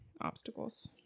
Obstacles